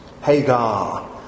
Hagar